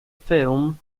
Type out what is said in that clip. film